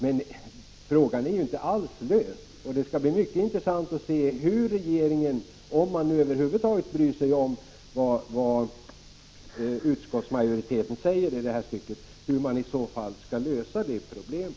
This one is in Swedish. Men frågan är inte alls löst, och det skall bli mycket intressant att se hur regeringen — om den över huvud taget bryr sig om vad utskottsmajoriteten säger i detta stycke — tänker lösa det problemet.